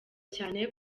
cyane